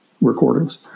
recordings